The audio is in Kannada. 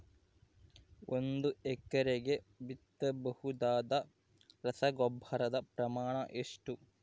ಒಂದು ಎಕರೆಗೆ ಬಿತ್ತಬಹುದಾದ ರಸಗೊಬ್ಬರದ ಪ್ರಮಾಣ ಎಷ್ಟು?